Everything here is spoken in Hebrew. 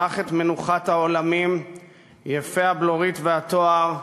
נח את מנוחת העולמים יפה הבלורית והתואר,